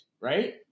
right